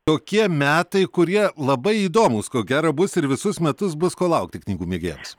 tokie metai kurie labai įdomūs ko gero bus ir visus metus bus ko laukti knygų mėgėjams